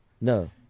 No